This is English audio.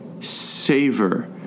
savor